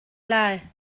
lai